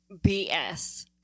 BS